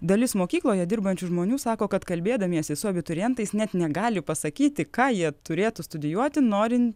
dalis mokykloje dirbančių žmonių sako kad kalbėdamiesi su abiturientais net negali pasakyti ką jie turėtų studijuoti norint